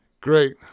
great